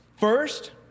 First